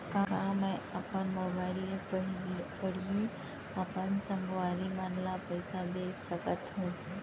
का मैं अपन मोबाइल से पड़ही अपन संगवारी मन ल पइसा भेज सकत हो?